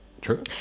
true